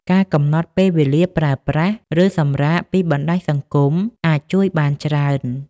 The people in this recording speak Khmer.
ការកំណត់ពេលវេលាប្រើប្រាស់ ឬសម្រាកពីបណ្តាញសង្គមអាចជួយបានច្រើន។